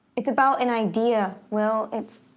it's about an idea, will. it's.